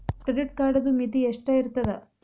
Credit ಕಾರ್ಡದು ಮಿತಿ ಎಷ್ಟ ಇರ್ತದ?